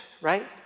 right